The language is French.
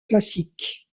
classiques